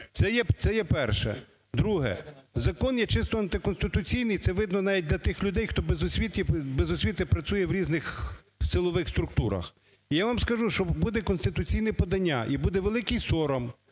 Це є перше. Друге. Закон є чисто антиконституційний. Це видно навіть для тих людей, хто без освіти працює в різних силових структурах. І я вам скажу, що буде конституційне подання і буде великий сором